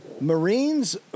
Marines